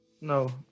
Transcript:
No